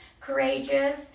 courageous